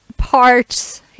Parts